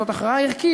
זאת הכרעה ערכית,